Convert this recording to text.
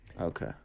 Okay